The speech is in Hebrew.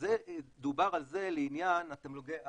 דובר על זה לעניין תמלוגי העל,